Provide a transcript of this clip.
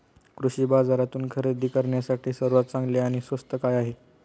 कृषी बाजारातून खरेदी करण्यासाठी सर्वात चांगले आणि स्वस्त काय आहे?